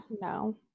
no